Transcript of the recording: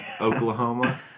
Oklahoma